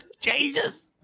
Jesus